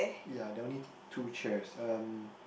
ya there are only two chairs um